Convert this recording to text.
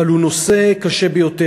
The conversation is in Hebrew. אבל הוא נושא קשה ביותר.